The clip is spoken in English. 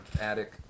attic